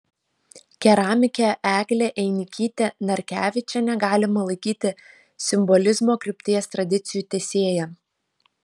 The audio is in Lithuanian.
keramikę eglę einikytę narkevičienę galima laikyti simbolizmo krypties tradicijų tęsėja